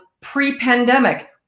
pre-pandemic